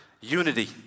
unity